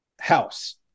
house